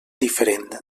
diferent